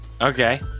Okay